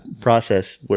process